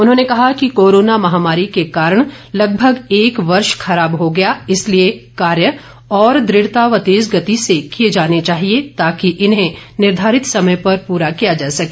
उन्होंने कहा कि कोरोना महामारी के कारण लगभग एक वर्ष खराब हो गया इसलिए कार्य और दुढ़ता व तेज गति से किए जाने चाहिए ताकि इन्हें निर्धारित समय पर पूरा किया जा सके